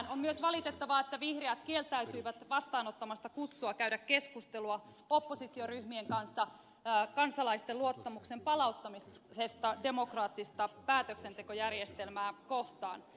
on myös valitettavaa että vihreät kieltäytyivät vastaanottamasta kutsua käydä keskustelua oppositioryhmien kanssa kansalaisten luottamuksen palauttamisesta demokraattista päätöksentekojärjestelmää kohtaan